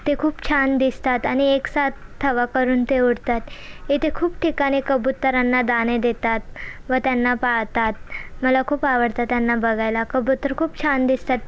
ते खूप छान दिसतात आणि एकसाथ थवा करून ते उडतात इथे खूप ठिकाणी कबुतरांना दाणे देतात व त्यांना पाळतात मला खूप आवडतं त्यांना बघायला कबुतर खूप छान दिसतात